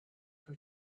for